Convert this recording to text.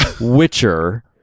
Witcher